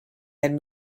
had